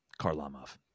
Karlamov